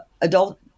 adult